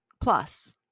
plus